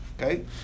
Okay